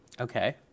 Okay